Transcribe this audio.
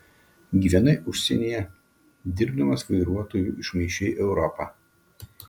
gyvenai užsienyje dirbdamas vairuotoju išmaišei europą